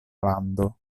lando